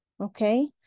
okay